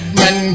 men